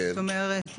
זאת אומרת,